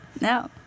No